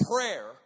prayer